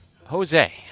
Jose